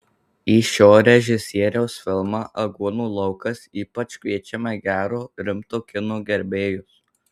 į šio režisieriaus filmą aguonų laukas ypač kviečiame gero rimto kino gerbėjus